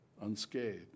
unscathed